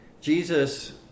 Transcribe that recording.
Jesus